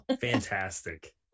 fantastic